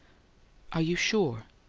are you sure?